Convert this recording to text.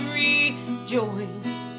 rejoice